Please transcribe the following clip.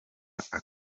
aka